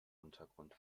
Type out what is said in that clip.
untergrund